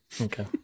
Okay